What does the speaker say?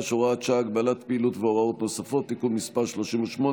(הוראת שעה) (הגבלת פעילות והוראות נוספות) (תיקון מס' 38),